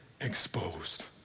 exposed